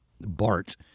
Bart